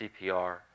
CPR